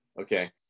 okay